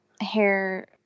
Hair